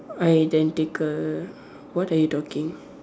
I then take err what are you talking